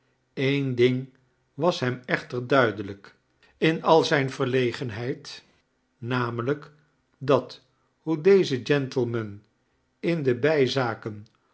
een ding was hem echter duidelijk in al zijne verlegenheid namelijk dat hoe deze gentleman in de bijzaken